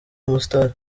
umustar